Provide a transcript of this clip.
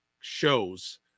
shows